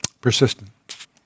persistent